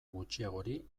gutxiagori